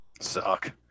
Suck